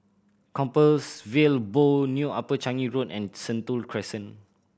Compassvale Bow New Upper Changi Road and Sentul Crescent